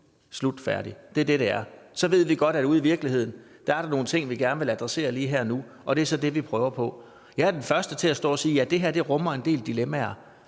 slut, færdig! Det er det, det er. Så ved vi godt, at der ude i virkeligheden er nogle ting, vi gerne vil adressere lige her og nu, og det er så det, vi prøver på. Jeg er den første til at sige, at det her rummer en del dilemmaer.